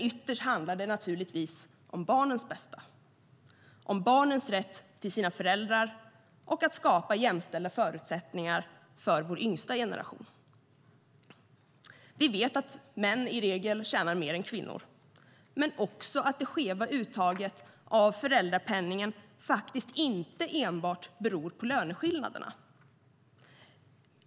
Ytterst handlar det naturligtvis om barnens bästa, om barnens rätt till sina föräldrar och att skapa jämställda förutsättningar för vår yngsta generation. Vi vet att män i regel tjänar mer än kvinnor men också att det skeva uttaget av föräldrapenningen faktiskt inte enbart beror på löneskillnaderna.